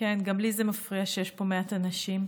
גם לי זה מפריע שיש פה מעט אנשים.